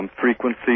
Frequency